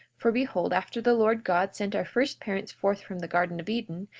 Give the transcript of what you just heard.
for behold, after the lord god sent our first parents forth from the garden of eden,